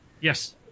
Yes